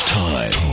time